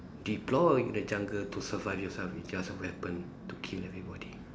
deploy the jungle to survive yourself with just a weapon to kill everybody